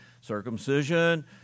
circumcision